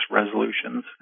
resolutions